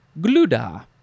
gluda